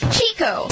Chico